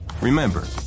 Remember